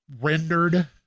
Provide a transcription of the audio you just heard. rendered